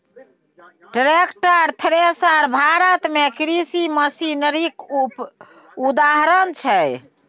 tractor, thresher Bharat मे कृषि मशीनरीक उदाहरण छै